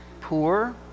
poor